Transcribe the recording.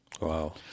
Wow